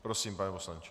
Prosím, pane poslanče.